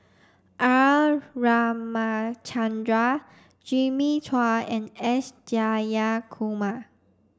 R Ramachandran Jimmy Chua and S Jayakumar